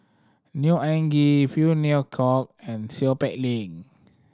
Neo Anngee Phey Kok and Seow Peck Leng